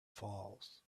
falls